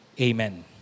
Amen